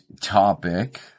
topic